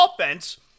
offense